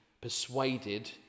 persuaded